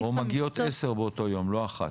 או מגיעות 10 באותו יום, לא אחת.